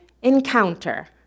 encounter